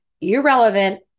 irrelevant